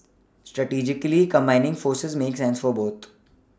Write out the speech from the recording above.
strategically combining forces makes sense for boot